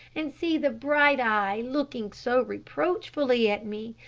and see the bright eye looking so reproachfully at me,